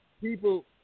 people